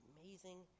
Amazing